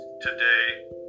Today